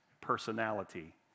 personality